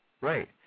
Right